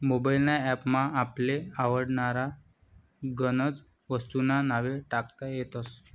mobile ना app मा आपले आवडनारा गनज वस्तूंस्ना नावे टाकता येतस